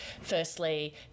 firstly